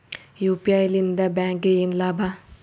UPI ಲಿಂದ ಬ್ಯಾಂಕ್ಗೆ ಏನ್ ಲಾಭ?